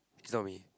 it's not me